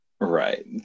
Right